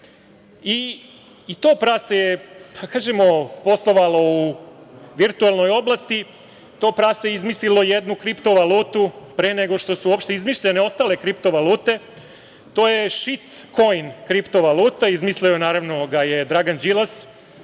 prase je, da kažemo, poslovalo u virtuelnoj oblasti. To prase izmislilo je jednu kripto valutu pre nego što su uopšte izmišljene ostale kripto valute. To je šitkoin kripto valuta, izmislio ga je, naravno, Dragan Đilas